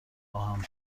باهم